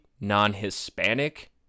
non-Hispanic